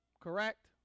correct